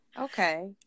Okay